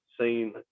seen